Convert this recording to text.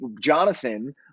Jonathan